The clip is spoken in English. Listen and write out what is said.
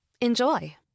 enjoy